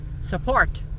support